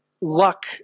luck